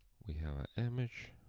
we have an image,